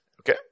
Okay